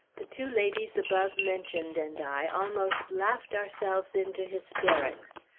the two ladies above mentioned and i almost laughed ourselves into hysterics.